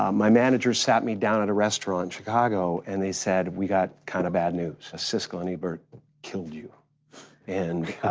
um my manager sat me down at a restaurant in chicago and they said, we got kinda bad news. siskel and ebert killed you and